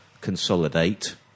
consolidate